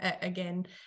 again